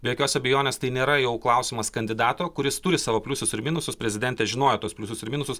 be jokios abejonės tai nėra jau klausimas kandidato kuris turi savo pliusus ir minusus prezidentė žinojo tuos pliusus ir minusus